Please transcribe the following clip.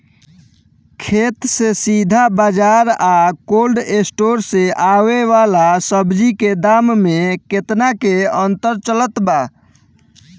खेत से सीधा बाज़ार आ कोल्ड स्टोर से आवे वाला सब्जी के दाम में केतना के अंतर चलत बा?